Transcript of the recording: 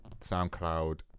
soundcloud